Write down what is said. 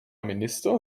minister